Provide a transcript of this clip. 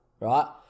right